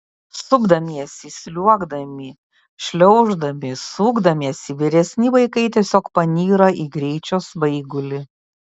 supdamiesi sliuogdami šliauždami sukdamiesi vyresni vaikai tiesiog panyra į greičio svaigulį